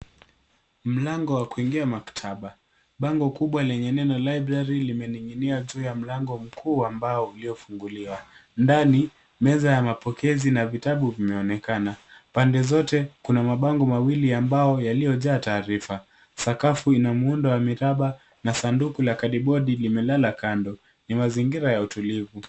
Mlango wa kuingia maktaba, bango kubwa lenye neno library , limening'inia juu ya mlango mkuu wa mbao uliofunguliwa. Ndani, meza ya mapokezi na vitabu vimeonekana. Pande zote kuna mabango mawili ya mbao yaliojaa taarifa. Sakafu ina muundo wa miraba, na sanduku la kadibodi limelala kando, ni mazingira ya utulivu.